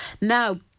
Now